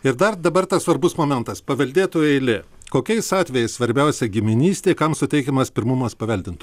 ir dar dabar tas svarbus momentas paveldėtojų eilė kokiais atvejais svarbiausia giminystė kam suteikiamas pirmumas paveldint